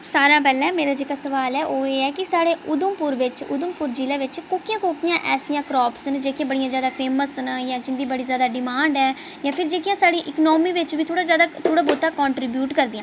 सारेआं पैह्लें मेरा जेह्का सवाल ऐ ओह् एह् ऐ कि साढ़े उधमपुर बिच उधमपुर जिले बिच कोह्कियां कोह्कियां ऐसियां क्रॉप्स न जेह्कियां बड़ियां जादा फेमस न जां जिं'दी बड़ी जादा डिमांड ऐ जां फिर जेह्कियां साढ़ी इकोनॉमी बिच बी थोह्ड़ा बहोता कंट्रीब्यूट करदियां